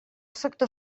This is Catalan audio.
sector